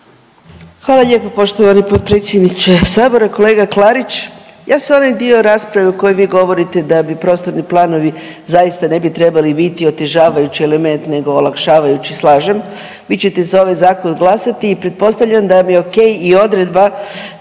Hvala lijepo poštovani potpredsjedniče Sabora, kolega Klarić. Ja se onaj dio rasprave o kojoj vi govorite da bi prostorni planovi zaista ne bi trebali biti otežavajući element nego olakšavajući slažem. Vi ćete za ovaj zakon glasati i pretpostavljam da vam je o.k. i odredba